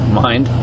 mind